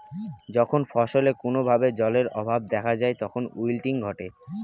যখন ফসলে কোনো ভাবে জলের অভাব দেখা যায় তখন উইল্টিং ঘটে